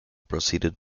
proceeded